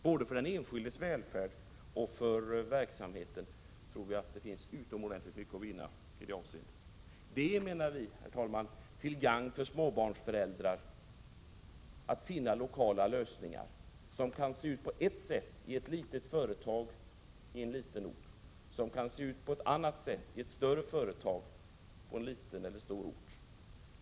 Vi tror att det finns utomordentligt mycket att vinna på detta, både för den enskildes välfärd och för verksamheten. Det är, menar vi, till gagn för småbarnsföräldrar att man kan finna lokala lösningar, som kan se ut på ett sätt på ett litet företag i en liten ort och på ett annat sätt i ett större företag, på en liten eller stor ort.